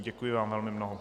Děkuji vám velmi mnoho.